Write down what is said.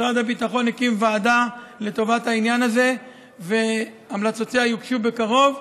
משרד הביטחון הקים ועדה לטובת העניין הזה והמלצותיה יוגשו בקרוב,